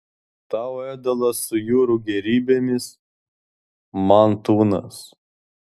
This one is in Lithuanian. tau ėdalas su jūrų gėrybėmis man tunas